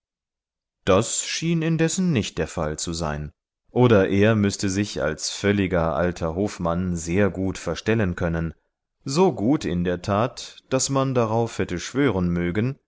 das schien indessen nicht der fall zu sein oder er müßte sich als völliger alter hofmann sehr gut verstellen können so gut in der tat daß man darauf hätte schwören mögen